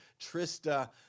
trista